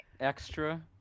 Extra